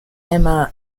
emma